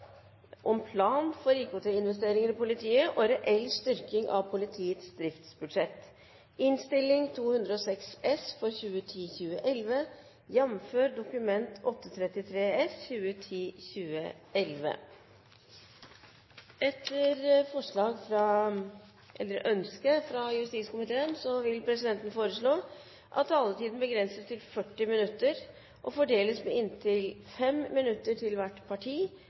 om ordet til sak nr. 9. Etter ønske fra justiskomiteen vil presidenten foreslå at taletiden begrenses til 40 minutter og fordeles med inntil 5 minutter til hvert parti